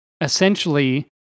essentially